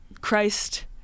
christ